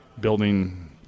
building